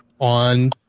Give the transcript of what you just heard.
on